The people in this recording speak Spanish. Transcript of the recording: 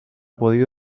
podido